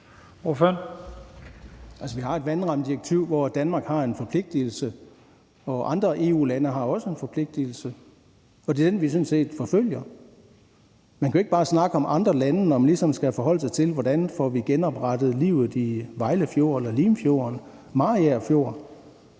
Vi har et vandrammedirektiv, hvori Danmark har en forpligtelse, andre EU-lande har også en forpligtelse, og det er den, vi sådan set forfølger. Man kan jo ikke bare snakke om andre lande, når man ligesom skal forholde sig til, hvordan vi får genoprettet livet i Vejle Fjord, Limfjorden eller